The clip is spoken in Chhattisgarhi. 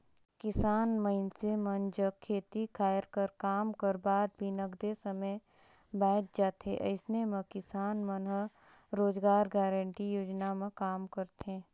किसान मइनसे मन जग खेती खायर कर काम कर बाद भी नगदे समे बाएच जाथे अइसन म किसान मन ह रोजगार गांरटी योजना म काम करथे